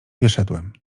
wyszedłem